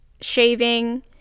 shaving